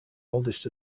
oldest